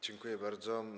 Dziękuję bardzo.